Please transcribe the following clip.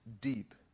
deep